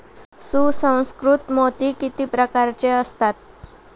सुसंस्कृत मोती किती प्रकारचे असतात?